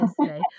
today